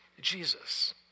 Jesus